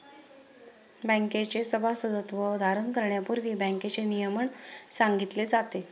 बँकेचे सभासदत्व धारण करण्यापूर्वी बँकेचे नियमन सांगितले जाते